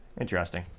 Interesting